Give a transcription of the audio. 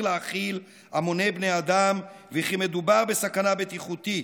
להכיל המוני בני אדם וכי מדובר בסכנה בטיחותית.